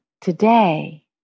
today